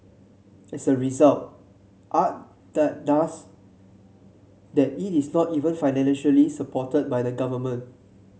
as a result art that does that it is not even financially supported by the government